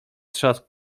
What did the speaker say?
trzask